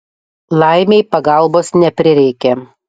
laimei pagalbos neprireikė